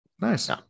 Nice